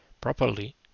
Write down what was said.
properly